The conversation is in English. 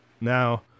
Now